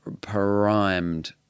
primed